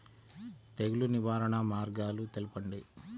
తెగులు నివారణ మార్గాలు తెలపండి?